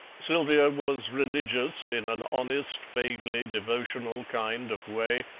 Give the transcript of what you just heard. sylvia was religious in an honest vaguely devotional kind of way,